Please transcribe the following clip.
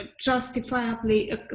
justifiably